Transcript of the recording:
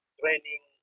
training